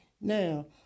Now